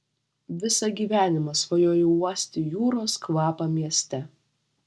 visą gyvenimą svajojau uosti jūros kvapą mieste